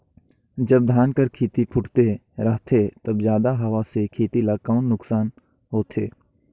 जब धान कर खेती फुटथे रहथे तब जादा हवा से खेती ला कौन नुकसान होथे?